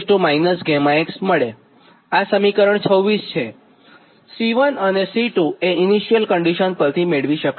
C1 C2 એ initial condition પરથી મેળવી શકાય છે